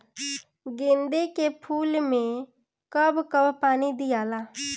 गेंदे के फूल मे कब कब पानी दियाला?